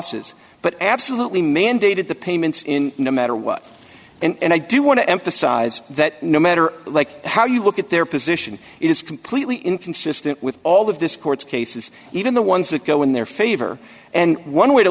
es but absolutely mandated the payments in no matter what and i do want to emphasize that no matter how you look at their position it is completely inconsistent with all of this court's cases even the ones that go in their favor and one way to